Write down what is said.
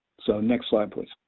so next slide please.